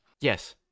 Yes